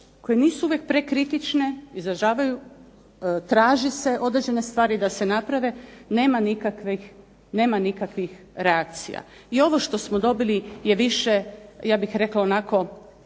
koje nisu u vijek prekritične izražavaju traži se određene stvari da se naprave, nema nikakvih reakcija. I ovo što smo dobili je ustvari upozoravanje